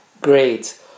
Great